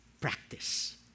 practice